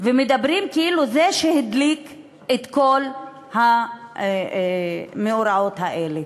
ומדברים כאילו זה מה שהדליק את כל המאורעות האלה,